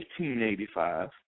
1885